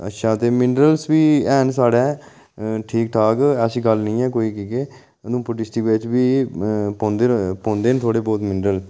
अच्छा ते मिनरल हैन साढ़े ठीक ठाक ऐसी गल्ल निं ऐ कोई की के उधमपुर डिस्ट्रिक बिच बी पौंदे पौंदे न थोह्ड़े बहुत मिनरल